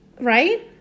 Right